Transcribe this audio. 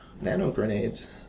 Nano-grenades